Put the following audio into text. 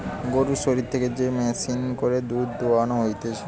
গরুর শরীর থেকে যে মেশিনে করে দুধ দোহানো হতিছে